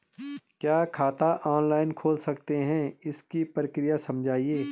क्या खाता ऑनलाइन खोल सकते हैं इसकी प्रक्रिया समझाइए?